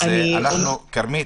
כרמית,